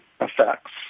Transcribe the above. effects